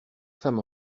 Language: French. femmes